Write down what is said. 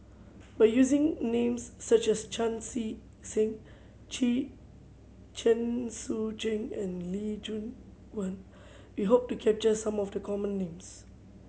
by using names such as Chan See Seng Chee Chen Sucheng and Lee Choon Guan we hope to capture some of the common names